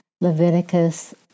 Leviticus